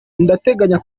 ndateganya